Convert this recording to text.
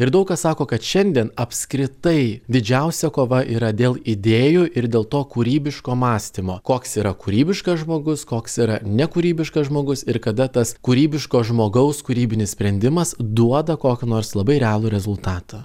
ir daug kas sako kad šiandien apskritai didžiausia kova yra dėl idėjų ir dėl to kūrybiško mąstymo koks yra kūrybiškas žmogus koks yra nekūrybiškas žmogus ir kada tas kūrybiško žmogaus kūrybinis sprendimas duoda kokį nors labai realų rezultatą